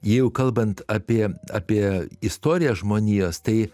jeigu kalbant apie apie istoriją žmonijos tai